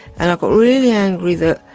and i got really angry that,